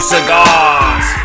Cigars